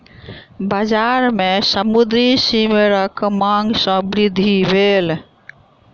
बजार में समुद्री सीवरक मांग में वृद्धि भेल